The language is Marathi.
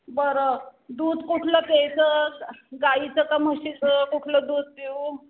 बरं दूध कुठलं प्यायचं गाईचं का म्हशीचं कुठलं दूध पिऊ